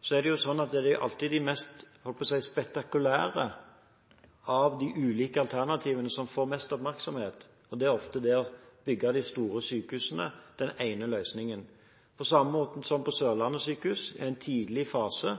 Så er det sånn at det alltid er det meste spektakulære av de ulike alternativene som får mest oppmerksomhet. Det er ofte der en bygger de store sykehusene – den ene løsningen. På samme måte som ved Sørlandet sykehus – i en tidlig fase er det det å ende med ett sykehus som får oppmerksomhet, selv om det er mange alternativer i en tidlig fase